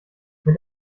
mit